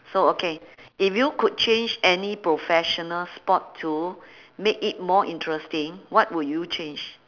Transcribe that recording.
so okay if you could change any professional spot to make it more interesting what would you change